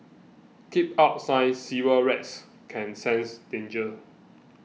keep out sign Sewer rats can sense danger